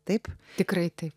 taip tikrai taip